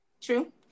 True